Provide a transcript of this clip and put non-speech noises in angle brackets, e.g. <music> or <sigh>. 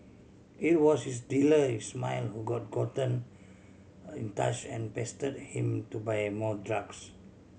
it was his dealer Ismail who got gotten <hesitation> in touch and pestered him to buy more drugs